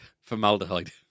Formaldehyde